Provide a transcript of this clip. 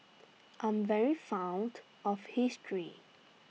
I'm very fond of history